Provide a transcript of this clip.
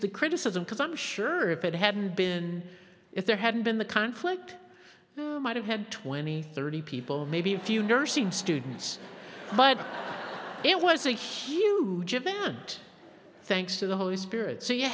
the criticism because i'm sure if it hadn't been if there hadn't been the conflict might have had twenty thirty people maybe a few nursing students but it was a huge event thanks to the holy spirit so you